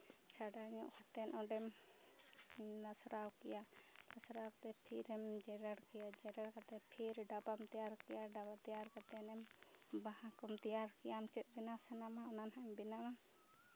ᱪᱷᱟᱰᱟᱣ ᱧᱚᱜ ᱠᱟᱛᱮᱫ ᱚᱸᱰᱮᱢ ᱞᱟᱥᱨᱟᱣ ᱠᱮᱭᱟ ᱞᱟᱥᱨᱟᱣ ᱠᱟᱛᱮᱫ ᱛᱤᱨᱮᱢ ᱡᱮᱨᱮᱲ ᱠᱮᱭᱟ ᱡᱮᱨᱮᱲ ᱠᱟᱛᱮᱫ ᱯᱷᱤᱨ ᱰᱟᱵᱟᱢ ᱛᱮᱭᱟᱨ ᱠᱮᱜᱼᱟ ᱰᱟᱵᱟ ᱛᱮᱭᱟᱨ ᱠᱟᱛᱮᱫ ᱮᱢ ᱵᱟᱦᱟ ᱠᱚᱢ ᱛᱮᱭᱟᱨ ᱠᱮᱭᱟ ᱪᱮᱫ ᱵᱮᱱᱟᱣ ᱥᱟᱱᱟᱢᱟ ᱚᱱᱟ ᱱᱟᱜᱼᱮᱢ ᱵᱮᱱᱟᱣᱟ